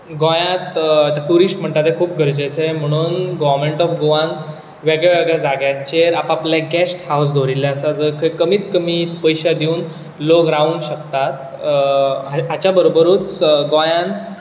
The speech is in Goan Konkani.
गोंयांत टुरीस्ट म्हणटात ते खूब गरजेचे म्हणून गोव्हरमेंट ऑफ गोवान वेगळ्यावेगळ्या जाग्यांचेर आप आपले गॅस्ट हावज दवरिल्ले आसात जंय कमींत कमी पयशे दिवन लोक रावंक शकतात हाच्या बरोबरूच गोंयांत